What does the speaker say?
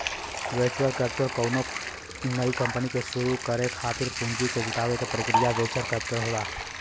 venture capital कउनो नई company के शुरू करे खातिर पूंजी क जुटावे क प्रक्रिया वेंचर कैपिटल होला